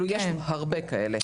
יש הרבה כאלו.